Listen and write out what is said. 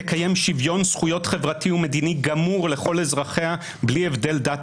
תקיים שוויון זכויות חברתי ומדיני גמור לכל אזרחיה בלי הבדל דת,